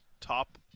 Top